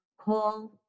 call